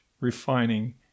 refining